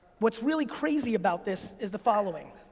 what's really crazy about this is the following.